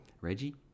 Reggie